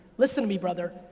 listen to me, brother.